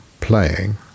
playing